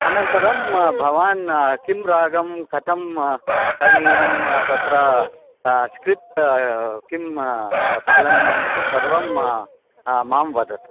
अनन्तरं भवान् किं रागं कथं करणीयं तत्र स्क्रिप्ट् किं पालनीयं इति सर्वं माम वदतु